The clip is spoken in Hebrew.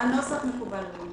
הנוסח מקובל.